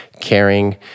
caring